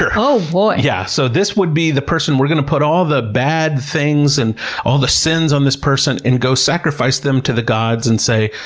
oh, boy. yeah. so this would be the person we're going to put all the bad things on, and all the sins on this person, and go sacrifice them to the gods and say,